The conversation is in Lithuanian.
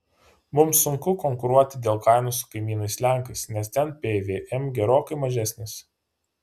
mums sunku konkuruoti dėl kainų su kaimynais lenkais nes ten pvm gerokai mažesnis